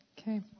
Okay